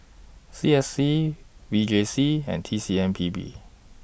C S C V J C and T C M P B